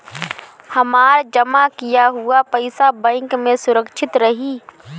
हमार जमा किया हुआ पईसा बैंक में सुरक्षित रहीं?